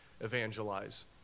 evangelize